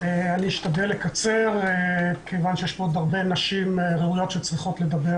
אני אשתדל לקצר כיוון שיש פה עוד הרבה נשים ראויות שצריכות לדבר,